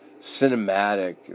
cinematic